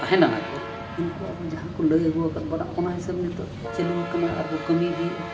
ᱛᱟᱦᱮᱸ ᱞᱮᱱᱟ ᱠᱚ ᱩᱱᱠᱩ ᱟᱵᱚ ᱡᱟᱦᱟᱸ ᱠᱚ ᱞᱟᱹᱭ ᱟᱹᱜᱩ ᱟᱠᱟᱫ ᱵᱚᱱᱟ ᱚᱱᱟ ᱦᱤᱥᱟᱹᱵ ᱱᱤᱛᱚᱜ ᱪᱟᱹᱞᱩ ᱟᱠᱟᱱᱟ ᱟᱨᱵᱚᱱ ᱠᱟᱹᱢᱤ ᱤᱫᱤᱭᱮᱫᱟ